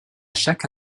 chaque